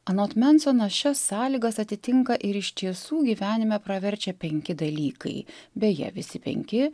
anot mensono šias sąlygas atitinka ir iš tiesų gyvenime praverčia penki dalykai beje visi penki